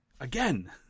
Again